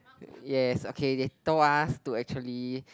yes okay they told us to actually